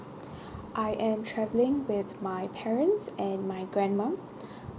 I am travelling with my parents and my grandmum